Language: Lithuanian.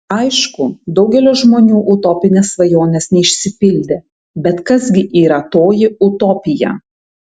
aišku daugelio žmonių utopinės svajonės neišsipildė bet kas gi yra toji utopija